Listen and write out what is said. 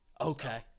Okay